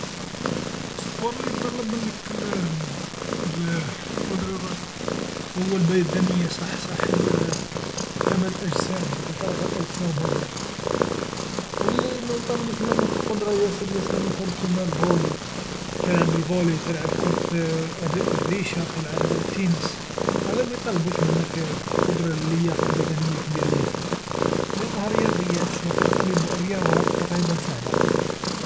الصبور ليا يطلب منك القدرى القوى البدنيه صح صح هي الكمال الأجسام لترفع الأجسام هذا و لميطلبش منك القدرى ياسر ياسر كيما كرة الطائرا تلعب كرة الطائرا تلعب ك-كرة الريشا تلعب التنس هاذو ميطلبوش منك القدرى اللياقه البدنيه كبيرا ياسر لأنها رياضيات تطلب شويا رياضات تقريبا ساهلا.